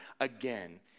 again